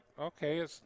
okay